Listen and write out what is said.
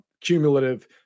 Cumulative